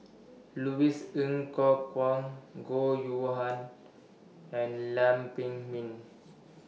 Louis Ng Kok Kwang Goh YOU Han and Lam Pin Min